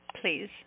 Please